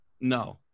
No